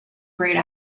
grayed